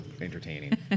entertaining